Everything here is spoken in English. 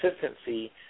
consistency